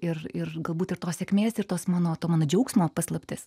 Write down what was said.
ir ir galbūt ir tos sėkmės ir tos mano to mano džiaugsmo paslaptis